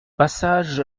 passage